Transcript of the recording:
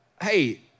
hey